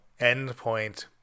endpoint